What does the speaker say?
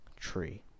tree